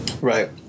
Right